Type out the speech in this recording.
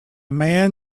man